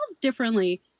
differently